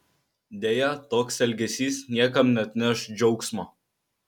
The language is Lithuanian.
deja toks elgesys niekam neatneš džiaugsmo